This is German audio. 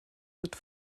wird